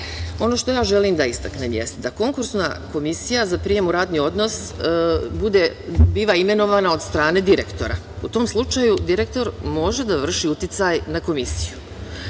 što ja želim da istaknem jeste da Konkursna komisija za prijem u radni odnos biva imenovana od strane direktora. U tom slučaju direktor može da vrši uticaj na komisiju.